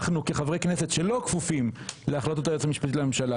אנחנו כחברי כנסת שלא כפופים להחלטות היועצת המשפטית לממשלה